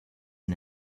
and